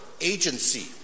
agency